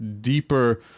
deeper